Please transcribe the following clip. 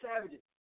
savages